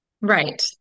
Right